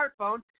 smartphone